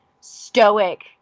stoic